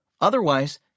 Otherwise